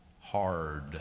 hard